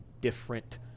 different